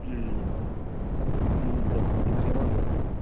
ओम दाव अमा फाननानैबाबो